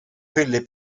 skyldig